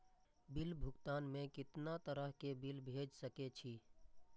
Bill भुगतान में कितना तरह के बिल भेज सके छी?